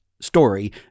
story